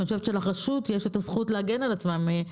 אני חושבת שלרשות יש את הזכות להגן על עצמם.